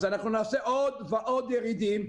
אז אנחנו נעשה עוד ועוד ירידים.